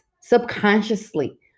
subconsciously